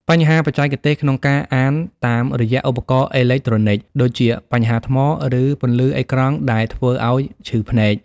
បញ្ហាបច្ចេកទេសក្នុងការអានតាមរយៈឧបករណ៍អេឡិចត្រូនិក ដូចជាបញ្ហាថ្ម ឬពន្លឺអេក្រង់ដែលធ្វើឱ្យឈឺភ្នែក។